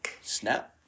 snap